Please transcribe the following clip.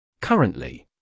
Currently